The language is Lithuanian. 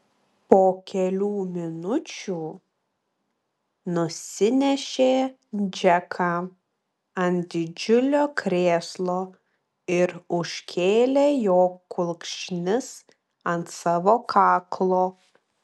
po kelių minučių nusinešė džeką ant didžiulio krėslo ir užkėlė jo kulkšnis ant savo kaklo